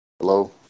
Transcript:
Hello